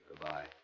Goodbye